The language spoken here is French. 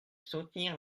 soutenir